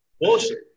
bullshit